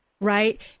right